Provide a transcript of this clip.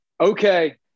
Okay